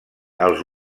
els